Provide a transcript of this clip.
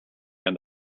and